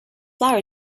flour